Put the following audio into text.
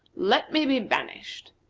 let me be banished.